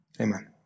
Amen